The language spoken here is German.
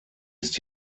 ist